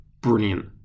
brilliant